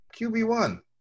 QB1